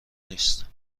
نیست